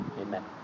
Amen